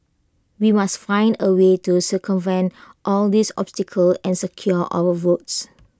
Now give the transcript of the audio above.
we must find A way to circumvent all these obstacles and secure our votes